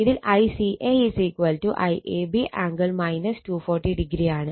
ഇതിൽ ICA IAB angle 240o ആണ്